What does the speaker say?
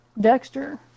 Dexter